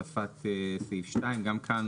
החלפת סעיף 2. גם כאן,